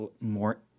more